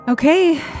Okay